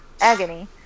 agony